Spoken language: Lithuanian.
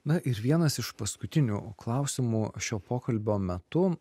na ir vienas iš paskutinių klausimų šio pokalbio metu